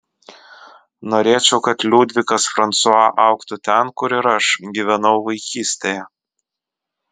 norėčiau kad liudvikas fransua augtų ten kur ir aš gyvenau vaikystėje